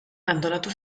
antolatu